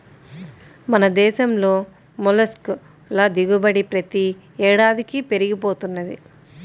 మన దేశంలో మొల్లస్క్ ల దిగుబడి ప్రతి ఏడాదికీ పెరిగి పోతున్నది